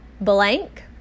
blank